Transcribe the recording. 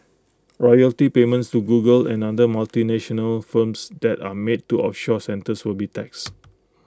royalty payments to Google and other multinational firms that are made to offshore centres will be taxed